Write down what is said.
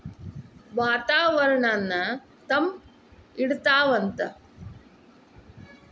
ವಾತಾವರಣನ್ನ ತಂಪ ಇಡತಾವಂತ